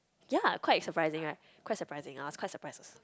ya quite surprising right quite surprising I was quite surprised also